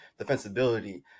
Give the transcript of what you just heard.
defensibility